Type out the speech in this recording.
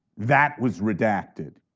that was redacted.